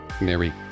Mary